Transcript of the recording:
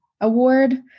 award